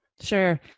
Sure